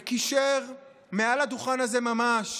וקישר מעל הדוכן הזה ממש